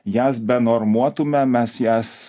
jas benormuotume mes jas